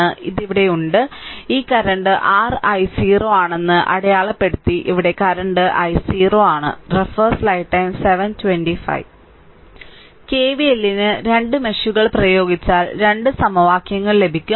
ഈ കറന്റ് ഇവിടെയുണ്ട് ഈ കറന്റ് r i0 ആണെന്ന് അടയാളപ്പെടുത്തി ഇവിടെ കറന്റ് i0 ആണ് കെവിഎല്ലിന് രണ്ട് മെഷുകൾ പ്രയോഗിച്ചാൽ രണ്ട് സമവാക്യങ്ങൾ ലഭിക്കും